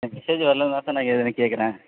எனக்கு மெசேஜு வரலன்னு தான் சார் நான் இதைக் கேட்கறேன்